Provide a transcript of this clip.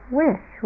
wish